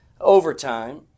overtime